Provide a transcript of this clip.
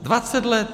20 let!